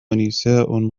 نساء